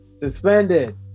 Suspended